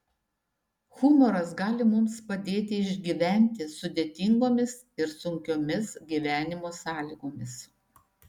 humoras gali mums padėti išgyventi sudėtingomis ir sunkiomis gyvenimo sąlygomis